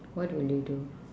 what would you do